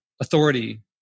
authority